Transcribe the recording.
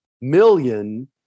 million